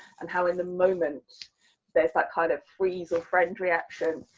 and how in the moment there's that kind of freeze or friend reaction,